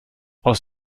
aus